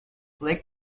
lake